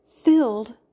Filled